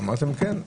אמרתי: כן.